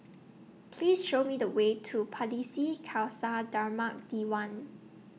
Please Show Me The Way to Pardesi Khalsa Dharmak Diwan